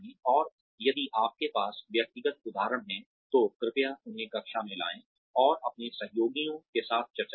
और यदि आपके पास व्यक्तिगत उदाहरण हैं तो कृपया उन्हें कक्षा में लाए और अपने सहयोगियों के साथ चर्चा करें